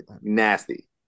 nasty